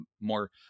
more